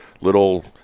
little